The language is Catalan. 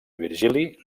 virgili